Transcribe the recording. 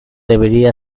debería